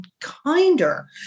kinder